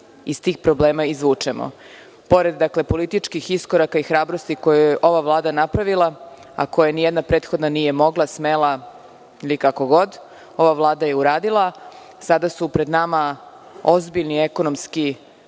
iz tih problema izvučemo. Pored političkih iskoraka i hrabrosti koju je ova Vlada napravila, a koja nijedna prethodna nije mogla, smela ili kako god, ova Vlada je uradila. Sada su pred nama ozbiljni ekonomski